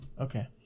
Okay